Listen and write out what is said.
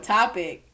topic